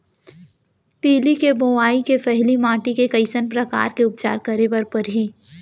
तिलि के बोआई के पहिली माटी के कइसन प्रकार के उपचार करे बर परही?